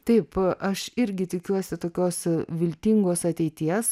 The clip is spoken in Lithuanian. taip aš irgi tikiuosi tokios viltingos ateities